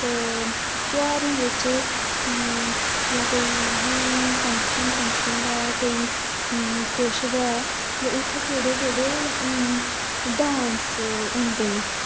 ध्यारें बिच्च जां कोई बी फंक्शन फुंक्शन होऐ कोई किश होऐ ते उत्थें केह्ड़े केह्ड़े डान्स होंदे न